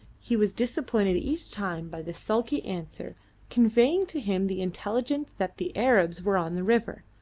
he was disappointed each time by the sulky answer conveying to him the intelligence that the arabs were on the river,